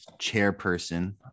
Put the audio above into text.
chairperson